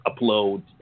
upload